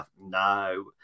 No